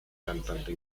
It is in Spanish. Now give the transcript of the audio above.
cantante